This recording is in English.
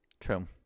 True